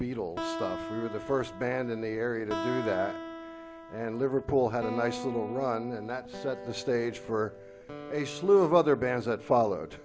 beatles the first band in the area and liverpool had a nice little run and that set the stage for a slew of other bands that followed